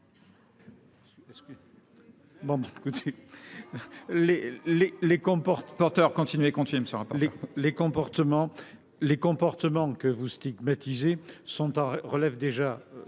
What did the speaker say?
les comportements que vous stigmatisez relevant d’autres